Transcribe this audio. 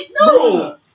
no